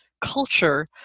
culture